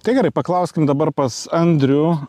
tai gerai paklauskim dabar pas andrių